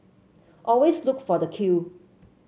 always look for the queue